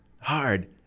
hard